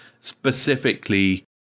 specifically